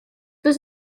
this